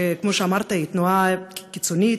שכמו שאמרת היא תנועה קיצונית,